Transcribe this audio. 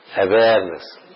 awareness